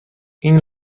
این